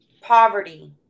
poverty